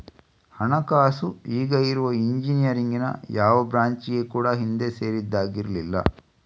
ಹಣಕಾಸು ಈಗ ಇರುವ ಇಂಜಿನಿಯರಿಂಗಿನ ಯಾವ ಬ್ರಾಂಚಿಗೆ ಕೂಡಾ ಹಿಂದೆ ಸೇರಿದ್ದಾಗಿರ್ಲಿಲ್ಲ